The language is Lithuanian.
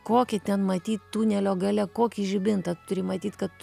kokį ten matyt tunelio gale kokį žibintą turi matyt kad